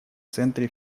центре